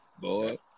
boy